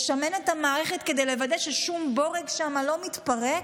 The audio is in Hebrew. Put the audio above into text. לשמן את המערכת כדי לוודא ששום בורג שם לא מתפרק?